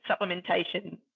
supplementation